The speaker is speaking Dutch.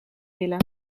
willen